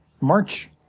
March